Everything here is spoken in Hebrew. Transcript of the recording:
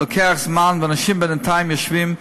לוקח זמן ואנשים בינתיים יושבים,